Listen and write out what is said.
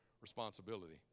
responsibility